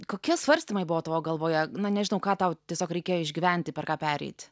kokie svarstymai buvo tavo galvoje na nežinau ką tau tiesiog reikėjo išgyventi per ką pereit